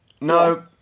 no